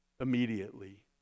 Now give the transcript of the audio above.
immediately